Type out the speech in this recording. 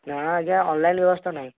ନା ଆଜ୍ଞା ଅନଲାଇନ୍ ବ୍ୟବସ୍ଥା ନାହିଁ